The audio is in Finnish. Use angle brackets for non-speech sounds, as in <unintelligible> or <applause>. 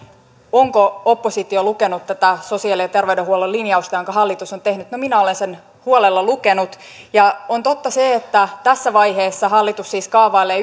onko oppositio lukenut tätä sosiaali ja terveydenhuollon linjausta jonka hallitus on tehnyt no minä olen sen huolella lukenut on totta se että tässä vaiheessa hallitus siis kaavailee <unintelligible>